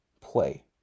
play